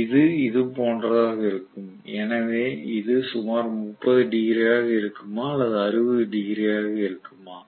இது இது போன்றதாக இருக்கும் எனவே இது சுமார் 30 டிகிரியாக இருக்குமா அல்லது 60 டிகிரியாக இருக்குமா